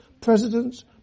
presidents